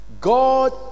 God